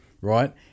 right